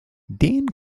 den